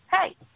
hey